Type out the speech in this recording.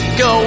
go